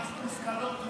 ממש מושכלות.